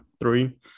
three